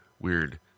weird